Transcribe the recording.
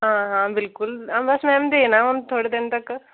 हां हां बिलकुल हां बस मैम देना हून थोह्ड़े दिन तक